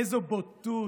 איזו בוטות.